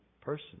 person